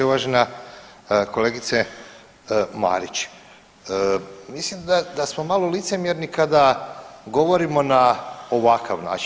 Uvažena kolegice Marić, mislim da smo malo licemjerni kada govorimo na ovakav način.